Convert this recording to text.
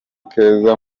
keza